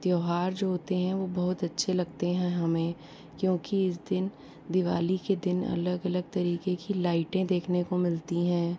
त्यौहार जो होते हैं वो बहुत अच्छे लगते हैं हमें क्योंकि इस दिन दिवाली के दिन अलग अलग तरीके की लाइटें देखने को मिलती हैं